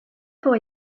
pour